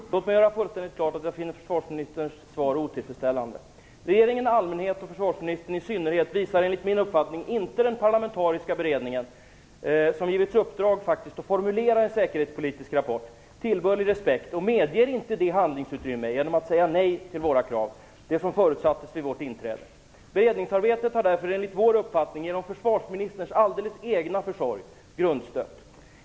Herr talman! Låt mig göra fullständigt klart att jag finner försvarsministern svar otillfredställande. Regerigen i allmänhet och försvarsministern i synnerhet visar genom att säga nej till våra krav inte den parlamentariska beredningen, som faktiskt givits i uppdrag att formulera en säkerhetspolitisk rapport, tillbörlig respekt och medger inte det handlingsutrymme som förutsattes vid vårt inträde. Beredningsarbetet har därför enligt vår uppfattning genom försvarsministerns alldeles egen försorg grundstött.